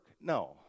No